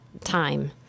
Time